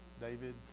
David